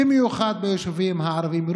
במיוחד ביישובים הערביים.